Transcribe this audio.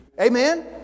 Amen